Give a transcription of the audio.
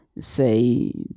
say